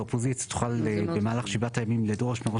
'האופוזיציה תוכל במהלך שבעת הימים לדרוש מראש